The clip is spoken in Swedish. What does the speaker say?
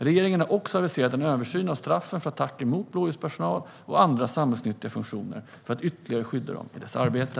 Regeringen har också aviserat en översyn av straffen för attacker mot blåljuspersonal och andra samhällsnyttiga funktioner för att ytterligare skydda dem i deras arbete.